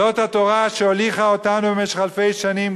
זאת התורה שהוליכה אותנו במשך אלפי שנים,